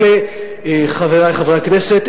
חברי חברי הכנסת,